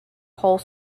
whole